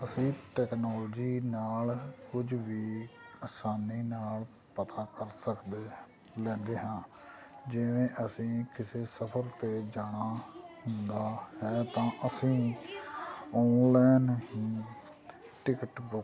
ਅਸੀਂ ਟੈਕਨੋਲਜੀ ਨਾਲ ਕੁਝ ਵੀ ਅਸਾਨੀ ਨਾਲ ਪਤਾ ਕਰ ਸਕਦੇ ਲੈਂਦੇ ਹਾਂ ਜਿਵੇਂ ਅਸੀਂ ਕਿਸੇ ਸਫ਼ਰ 'ਤੇ ਜਾਣਾ ਹੁੰਦਾ ਹੈ ਤਾਂ ਅਸੀਂ ਔਨਲਾਇਨ ਹੀ ਟਿਕਟ ਬੁੱਕ